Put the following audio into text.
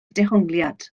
dehongliad